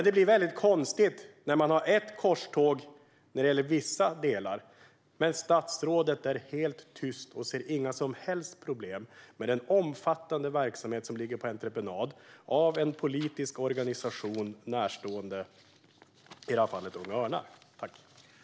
Det blir väldigt konstigt när man har ett korståg när det gäller vissa delar men att statsrådet är helt tyst och inte ser några som helst problem med den omfattande verksamhet som lagts ut på entreprenad på en politisk organisation som, i det här fallet, står nära Unga Örnar.